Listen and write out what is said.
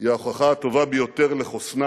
היא ההוכחה הטובה ביותר לחוסנה